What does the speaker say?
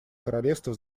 королевства